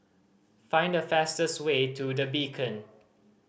find the fastest way to The Beacon